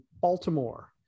baltimore